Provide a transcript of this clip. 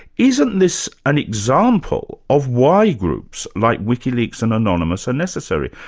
isn't this an example of why groups like wikileaks and anonymous are necessary,